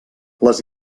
les